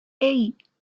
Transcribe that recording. hey